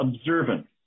observant